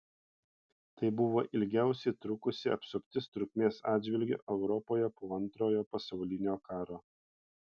tai buvo ilgiausiai trukusi apsuptis trukmės atžvilgiu europoje po antrojo pasaulinio karo